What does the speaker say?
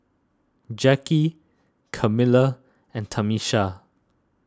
Jacki Camila and Tamisha